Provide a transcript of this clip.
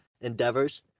endeavors